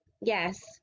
Yes